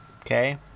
Okay